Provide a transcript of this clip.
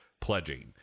pledging